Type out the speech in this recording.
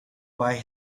buy